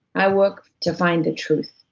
i work to find the truth,